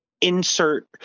insert